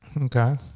Okay